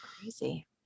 Crazy